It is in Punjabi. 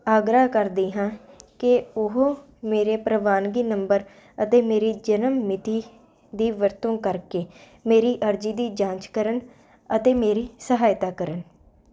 ਆਗਰਾ ਕਰਦੇ ਹਾਂ ਕਿ ਉਹ ਮੇਰੇ ਪ੍ਰਵਾਨਗੀ ਨੰਬਰ ਅਤੇ ਮੇਰੀ ਜਨਮ ਮਿਤੀ ਦੀ ਵਰਤੋਂ ਕਰਕੇ ਮੇਰੀ ਅਰਜੀ ਦੀ ਜਾਂਚ ਕਰਨ ਅਤੇ ਮੇਰੀ ਸਹਾਇਤਾ ਕਰਨ